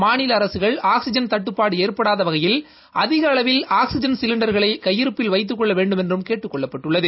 மாநில அரசுகள் ஆக்ஸிஜன் தட்டுப்பாடு ஏற்படாத வகையில் அதிக அளவில் ஆக்ஸிஜன் சிலிண்டர்களை கையிருப்பில் வைத்துக் கொள்ள வேண்டுமென்றும் கேட்டுக் கொள்ளப்பட்டுள்ளது